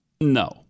No